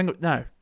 no